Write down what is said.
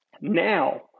Now